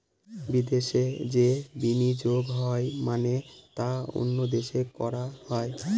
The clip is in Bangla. বিদেশে যে বিনিয়োগ হয় মানে তা অন্য দেশে করা হয়